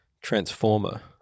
transformer